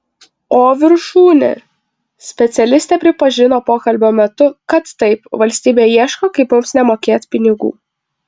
o viršūnė specialistė pripažino pokalbio metu kad taip valstybė ieško kaip mums nemokėt pinigų